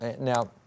Now